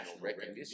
recognition